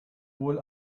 wohl